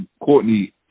Courtney